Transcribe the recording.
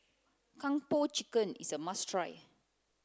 kung po chicken is a must try